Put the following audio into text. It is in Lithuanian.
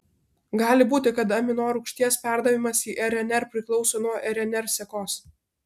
gali būti kad aminorūgšties perdavimas į rnr priklauso nuo rnr sekos